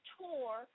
tour